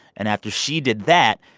and after she did that,